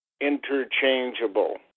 interchangeable